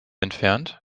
entfernt